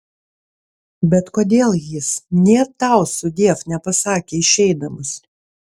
bet kodėl jis nė tau sudiev nepasakė išeidamas